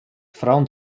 frauen